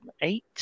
eight